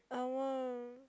I want